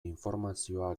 informazioa